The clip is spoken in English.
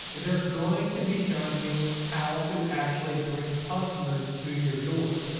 they're going to be showing you how to actually bring customers to your door.